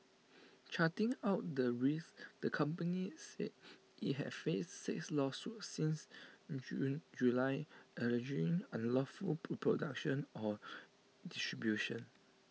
charting out the risks the company said IT had faced six lawsuits since June July alleging unlawful pro production or distribution